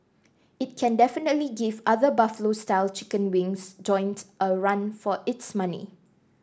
it can definitely give other Buffalo style chicken wings joint a run for its money